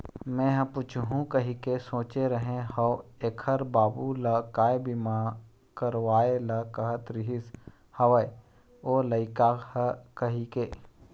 मेंहा पूछहूँ कहिके सोचे रेहे हव ऐखर बाबू ल काय बीमा करवाय ल कहत रिहिस हवय ओ लइका ह कहिके